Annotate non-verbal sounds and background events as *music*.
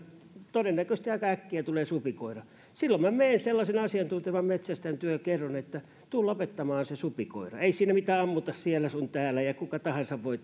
todennäköisesti aika äkkiä tulee supikoira tämä lainsäädäntö edellyttää että silloin menen sellaisen asiantuntevan metsästäjän tykö ja kerron että tule lopettamaan se supikoira ei siinä mitään ammuta siellä sun täällä eikä kuka tahansa voi *unintelligible*